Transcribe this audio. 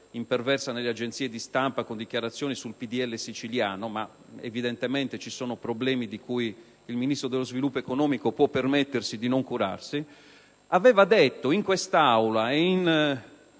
imperversa nelle agenzie di stampa con dichiarazioni sul PdL siciliano; evidentemente vi sono problemi di cui il Ministro dello sviluppo economico può permettersi di non curarsi! Egli ha affermato in quest'Aula e in